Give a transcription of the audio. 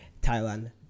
Thailand